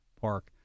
park